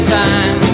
time